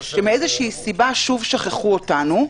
שבשל איזושהי סיבה שוב שכחו אותנו,